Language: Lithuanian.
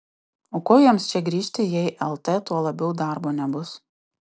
o ko jiems čia grįžti jei lt tuo labiau darbo nebus